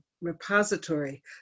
repository